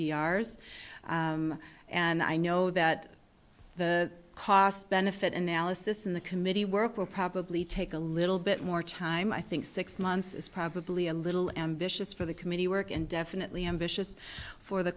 s and i know that the cost benefit analysis in the committee work will probably take a little bit more time i think six months is probably a little ambitious for the committee work and definitely ambitious for the